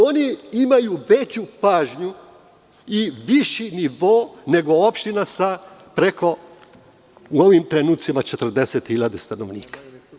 One imaju veću pažnju i viši nivo nego opština sa preko, u ovim trenucima, 40 hiljada stanovnika.